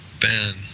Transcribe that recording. Ben